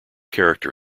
character